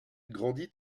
grandit